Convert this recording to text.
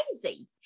crazy